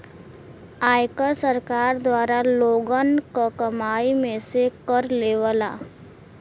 आयकर सरकार द्वारा लोगन क कमाई में से कर लेवला